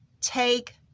take